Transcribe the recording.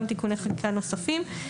גם תיקוני חקיקה נוספים.